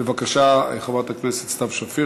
בבקשה, חברת הכנסת סתיו שפיר.